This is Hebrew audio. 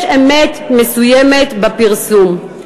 יש אמת מסוימת בפרסום.